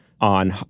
on